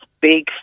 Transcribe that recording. big